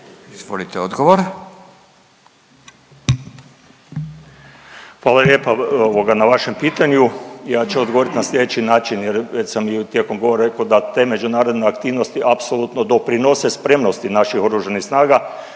**Jakop, Zdravko** Hvala lijepa ovoga na vašem pitanju. Ja ću odgovorit na slijedeći način jer sam i tijekom govora rekao da te međunarodne aktivnosti apsolutno doprinose spremnosti naših oružanih snaga